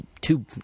two